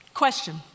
question